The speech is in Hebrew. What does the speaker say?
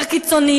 יותר קיצוני,